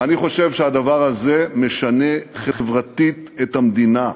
ואני חושב שהדבר הזה משנה חברתית את המדינה.